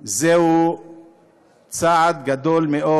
זה צעד גדול מאוד.